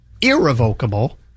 irrevocable